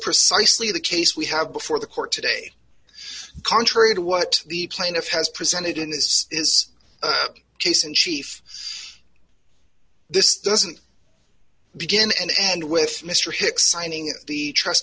precisely the case we have before the court today contrary to what the plaintiff has presented and this is a case in chief this doesn't begin and end with mr hicks signing the trust